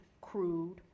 crude